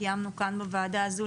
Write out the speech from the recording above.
שקיימנו כאן בוועדה הזו,